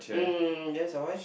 um yes ah why